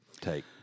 take